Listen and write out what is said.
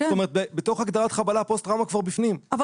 זאת אומרת בתוך הגדרת חבלה פוסט טראומה כבר בפנים.